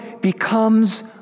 becomes